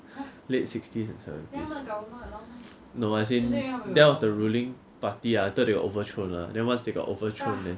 late sixties and seventies no as in that was the ruling party until they were overthrown lah then once they got overthrown then